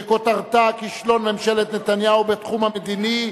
שכותרתה "כישלון ממשלת נתניהו בתחום המדיני,